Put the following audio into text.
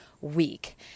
week